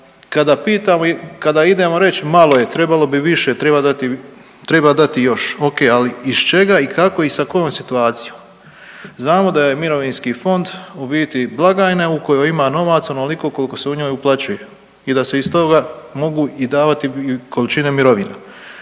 Kada idemo reć malo je, trebalo bi više, treba dati još, ok, ali iz čega i kako i sa kojom situacijom. Znamo da je mirovinski fond u biti blagajna u kojoj ima novaca onoliko koliko se u njoj uplaćuje i da se iz toga mogu i davati i količine mirovina.